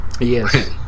yes